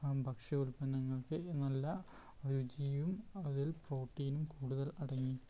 ഭക്ഷ്യ ഉൽപ്പന്നങ്ങൾക്ക് നല്ല രുചിയും അതിൽ പ്രോട്ടീനും കൂടുതൽ അടങ്ങി